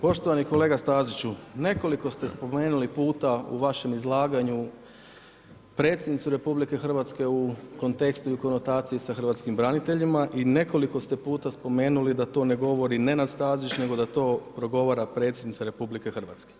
Poštovani kolega Staziću, nekoliko ste spomenuli puta u vašem izlaganju predsjednicu RH u kontekstu i konotaciji sa hrvatskim braniteljima i nekoliko ste puta spomenuli da to ne govori Nenad Stazić nego da to progovara predsjednica RH.